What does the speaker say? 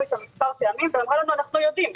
איתם מספר פעמים ואמרה לנו: אנחנו יודעים.